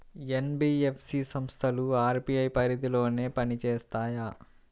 NBFC సంస్థలు RBI పరిధిలోనే పని చేస్తాయా?